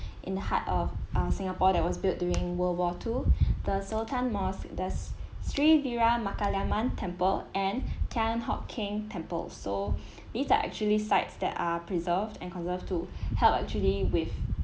in the heart of err singapore that was built during world war two the sultan mosque the sri veeramakaliamman temple and thian hock keng temple so these are actually sites that are preserved and conserved to help actually with